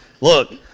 Look